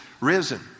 risen